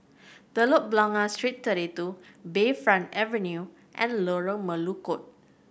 Telok Blangah Street Thirty Two Bayfront Avenue and Lorong Melukut